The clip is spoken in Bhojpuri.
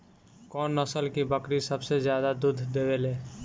कौन नस्ल की बकरी सबसे ज्यादा दूध देवेले?